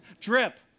Drip